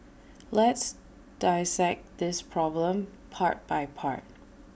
let's dissect this problem part by part